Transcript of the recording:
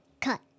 Cut